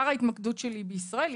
ההתמקדות שלי היא בעיקר בישראל.